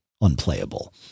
unplayable